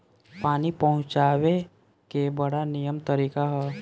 पानी पहुँचावे के बड़ा निमन तरीका हअ